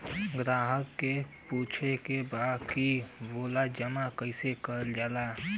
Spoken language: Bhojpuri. ग्राहक के पूछे के बा की बिल जमा कैसे कईल जाला?